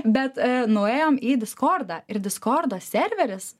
bet e nuėjom į discordą ir discordo serveris